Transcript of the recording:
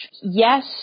yes